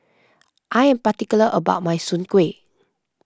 I am particular about my Soon Kueh